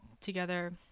together